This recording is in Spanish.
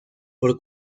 por